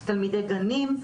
תלמידי גנים,